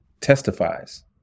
testifies